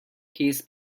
kiss